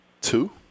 Two